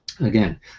Again